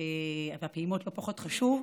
לא פחות חשובות.